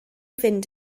fynd